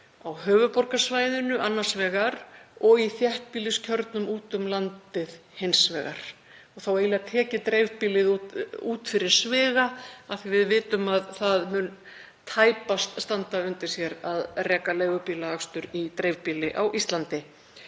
á höfuðborgarsvæðinu annars vegar og í þéttbýliskjörnum úti um landið hins vegar. Þá tek ég dreifbýlið eiginlega út fyrir sviga af því að við vitum að það mun tæpast standa undir sér að reka leigubílaakstur í dreifbýli á Íslandi.